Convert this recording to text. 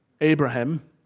Abraham